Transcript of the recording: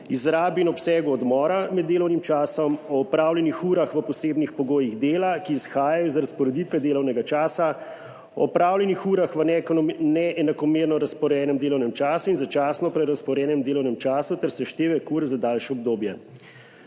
izrabi in obsegu odmora med delovnim časom o opravljenih urah v posebnih pogojih dela, ki izhajajo iz razporeditve delovnega časa o opravljenih urah v neenakomerno razporejenem delovnem času in začasno prerazporejenem delovnem času ter seštevek ur za daljše obdobje.